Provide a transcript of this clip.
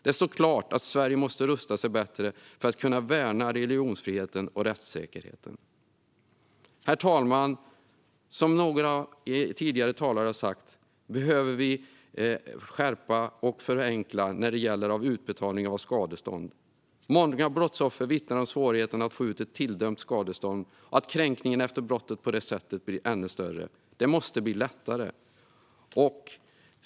Det står klart att Sverige måste rusta sig bättre för att kunna värna religionsfriheten och rättssäkerheten. Herr talman! Som några tidigare talare har sagt behöver vi förenkla utbetalningen av skadestånd. Många brottsoffer vittnar om svårigheten att få ut ett tilldömt skadestånd och att kränkningen efter brottet på det sättet blir ännu större. Det måste bli lättare.